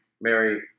Mary